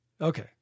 Okay